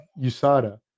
Usada